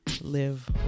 live